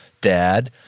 Dad